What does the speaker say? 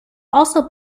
also